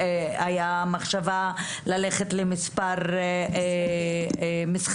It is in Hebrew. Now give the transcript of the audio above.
והיתה מחשבה ללכת למספר משחקים.